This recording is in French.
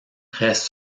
reste